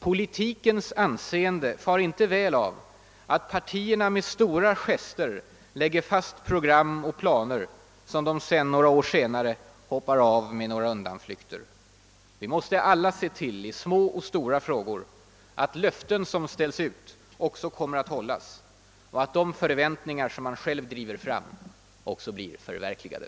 Politikens anseende far inte väl av att partierna med stora gester lägger fast program och planer som de redan några år senare hoppar av från med några undanflykter. Vi måste alla se till, i små och stora frågor, att löften som ställs ut också kommer att hållas och att de förväntningar som man själv driver fram också blir förverkligade.